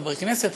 חברי כנסת,